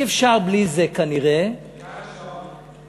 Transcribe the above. אי-אפשר בלי זה, כנראה, כיכר השעון.